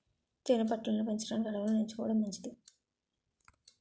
తేనె పట్టు లను పెంచడానికి అడవులను ఎంచుకోవడం మంచిది